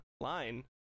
line